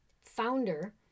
founder